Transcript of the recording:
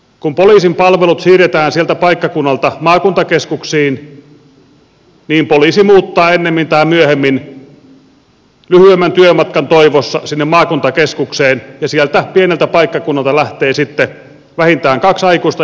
kun poliisin palvelut siirretään sieltä paikkakunnalta maakuntakeskuksiin niin poliisi muuttaa ennemmin tai myöhemmin lyhyemmän työmatkan toivossa sinne maakuntakeskukseen ja siltä pieneltä paikkakunnalta lähtee sitten vähintään kaksi aikuista ihmistä ja perhe